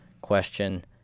question